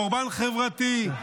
חורבן חברתי,